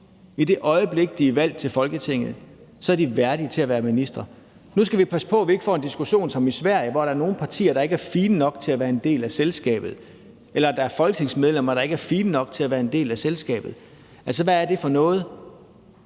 I det øjeblik de er valgt til Folketinget, er de værdige til at være ministre. Nu skal vi passe på, at vi ikke får en diskussion som i Sverige, hvor der er nogle partier, der ikke er fine nok til at være en del af selskabet, eller der er folketingsmedlemmer, der ikke er fine nok til at være en del af selskabet. Altså, hvad er det for noget?